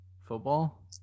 Football